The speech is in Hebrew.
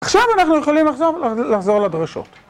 עכשיו אנחנו יכולים לחזור, לחזור לדרשות.